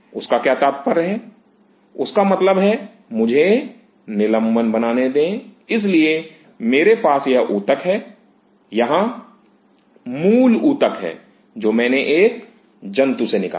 उसका क्या तात्पर्य है उसका मतलब है मुझे निलंबन बनाने दे इसलिए मेरे पास यह ऊतक है यहां मूल ऊतक है जो मैंने एक जंतु से निकाला है